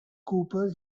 cooper